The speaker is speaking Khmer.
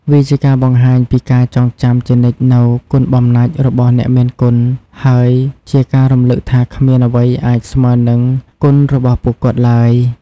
វាជាការបង្ហាញពីការចងចាំជានិច្ចនូវគុណបំណាច់របស់អ្នកមានគុណ ហើយជាការរំលឹកថាគ្មានអ្វីអាចស្មើនឹងគុណរបស់ពួកគាត់ឡើយ។